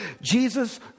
Jesus